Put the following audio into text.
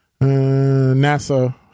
NASA